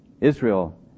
Israel